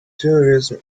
tourism